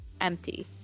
Empty